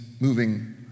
moving